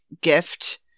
gift